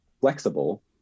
flexible